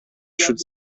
should